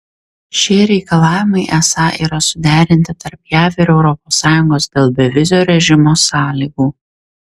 šie reikalavimai esą yra suderinti tarp jav ir europos sąjungos dėl bevizio režimo sąlygų